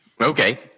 Okay